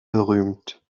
berühmt